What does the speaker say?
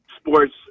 sports